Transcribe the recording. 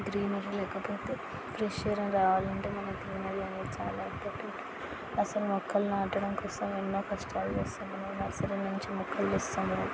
greenery లేకపోతే fresh air రావాలంటే మనకు గ్రీనరీ అనేది చాలా ఇంపార్టెంట్ అసలు మొక్కలు నాటడం కోసం ఎన్నో కష్టాలు చేస్తున్నాం మేము నర్సరీ నుంచి మొక్కలు తెస్తాం